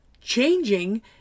changing